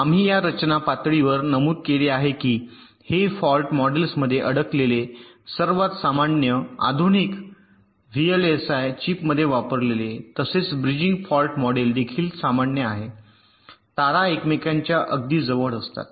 आम्ही या रचना पातळीवर नमूद केले आहे की हे फॉल्ट मॉडेल्समध्ये अडकलेले सर्वात सामान्य आधुनिक व्हीएलएसआय चीपमध्ये वापरलेले तसेच ब्रिजिंग फॉल्ट मॉडेल देखील सामान्य आहे तारा एकमेकांच्या अगदी जवळ असतात